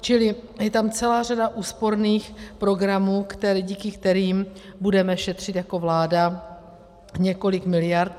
Čili je tam celá řada úsporných programů, díky kterým budeme šetřit jako vláda několik miliard.